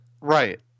right